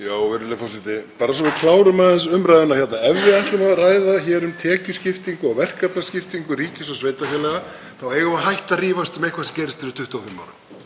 Virðulegur forseti. Bara svo að við klárum aðeins umræðuna. Ef við ætlum að ræða hér um tekjuskiptingu og verkefnaskiptingu ríkis og sveitarfélaga eigum við að hætta að rífast um eitthvað sem gerðist fyrir 25 árum.